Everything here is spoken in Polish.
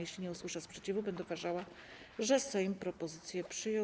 Jeśli nie usłyszę sprzeciwu, będę uważała, że Sejm propozycję przyjął.